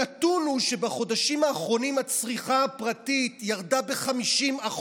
הנתון הוא שבחודשים האחרונים הצריכה הפרטית ירדה ב-50%.